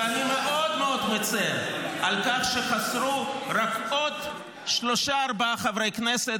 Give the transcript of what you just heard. ואני מאוד מאוד מצר על כך שחסרו רק עוד שלושה-ארבעה חברי כנסת